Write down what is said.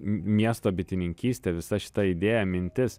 m miesto bitininkystė visa šita idėja mintis